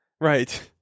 Right